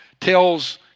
tells